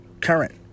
current